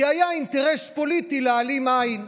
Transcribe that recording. כי היה אינטרס פוליטי להעלים עין.